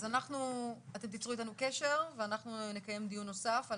אתם תיצרו איתנו קשר ואנחנו נקיים דיון נוסף על